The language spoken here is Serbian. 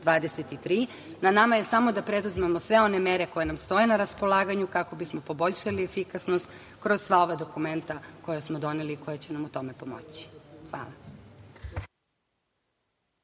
na nama je samo da preduzmemo sve one mere koje nam stoje na raspolaganju kako bismo poboljšali efikasnost kroz sva ova dokumenta koja smo doneli i koja će nam u tome pomoći. Hvala.